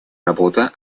работа